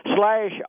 slash